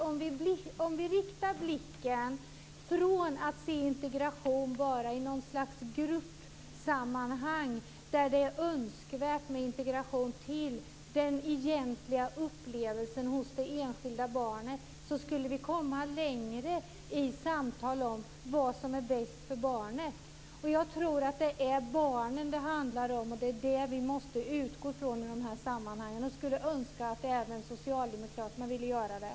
Om vi riktar blicken från att bara se integration i något slags gruppsammanhang, där det är önskvärt med integration, till den egentliga upplevelsen hos det enskilda barnet så skulle vi komma längre i samtal om vad som är bäst för barnet. Det är barnen som det handlar om. Det är det som vi måste utgå från i de här sammanhangen. Jag skulle önska att även socialdemokraterna ville göra det.